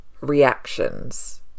reactions